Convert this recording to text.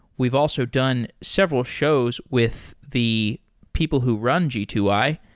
we've also done several shows with the people who run g two i,